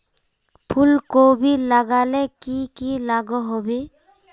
फूलकोबी लगाले की की लागोहो होबे?